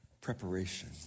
preparation